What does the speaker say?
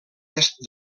est